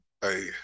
hey